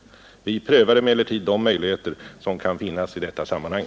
Vi prövar emellertid de möjligheter som kan finnas i detta sammanhang.